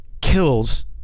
kills